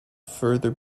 further